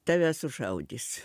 tave sušaudys